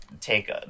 take